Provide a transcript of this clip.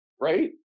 right